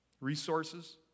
resources